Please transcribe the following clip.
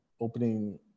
opening